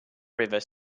river